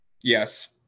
Yes